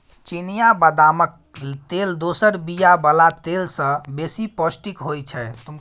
चिनियाँ बदामक तेल दोसर बीया बला तेल सँ बेसी पौष्टिक होइ छै